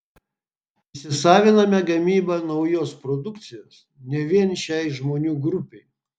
įsisaviname gamybą naujos produkcijos ne vien šiai žmonių grupei